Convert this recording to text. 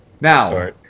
Now